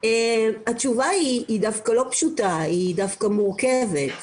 התשובה היא דווקא לא פשוטה, היא דווקא מורכבת.